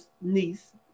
niece